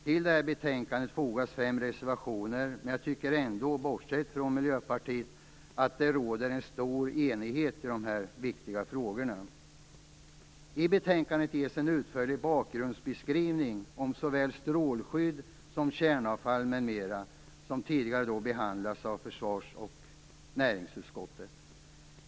Till detta betänkande fogas fem reservationer, men jag tycker ändå, bortsett från Miljöpartiet, att det råder en stor enighet i dessa viktiga frågor. I betänkandet ges en utförlig bakgrundsbeskrivning om frågor om såväl strålskydd som kärnavfall m.m., som tidigare behandlats av försvarsutskottet och näringsutskottet.